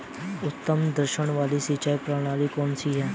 उच्चतम दक्षता वाली सिंचाई प्रणाली कौन सी है?